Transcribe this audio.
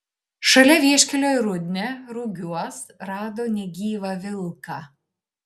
šalia vieškelio į rudnią rugiuos rado negyvą vilką